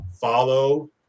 follow